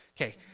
okay